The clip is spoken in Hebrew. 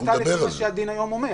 היא עשתה לפי מה שהדין היום אומר,